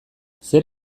zer